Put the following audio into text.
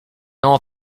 all